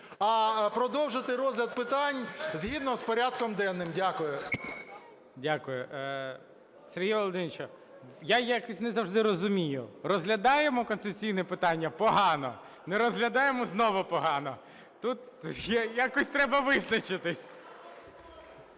а продовжити розгляд питань згідно з порядком денним. Дякую. ГОЛОВУЮЧИЙ. Дякую. Сергію Володимировичу, я якось не завжди розумію: розглядаємо конституційне питання – погано, не розглядаємо – знову погано. Тут якось треба визначитись.